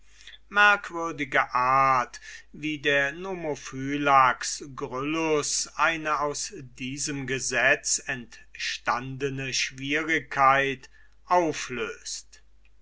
merkwürdige art wie de nomophylax gryllus eine aus diesem gesetz entstandene schwierigkeit auflöst